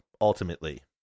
ultimately